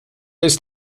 ist